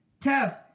Tev